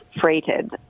freighted